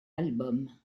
album